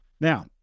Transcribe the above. Now